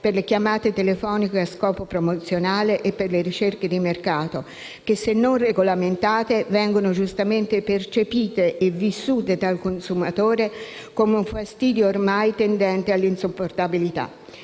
per le chiamate telefoniche a scopo promozionale e per le ricerche di mercato che, se non regolamentate, vengono giustamente percepite e vissute dal consumatore come un fastidio ormai tendente all'insopportabilità.